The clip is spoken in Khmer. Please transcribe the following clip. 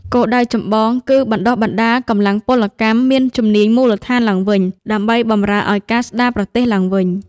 គោលដៅចម្បងគឺបណ្តុះបណ្តាល កម្លាំងពលកម្មមានជំនាញមូលដ្ឋាន ឡើងវិញ ដើម្បីបម្រើឱ្យការស្តារប្រទេសឡើងវិញ។